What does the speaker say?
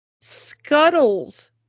Scuttles